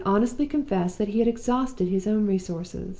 he would honestly confess that he had exhausted his own resources,